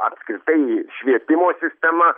apskritai švietimo sistema